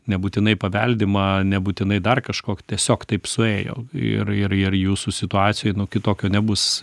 nebūtinai paveldima nebūtinai dar kažkokia tiesiog taip suėjo ir ir ir jūsų situacijoj nu kitokio nebus